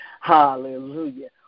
Hallelujah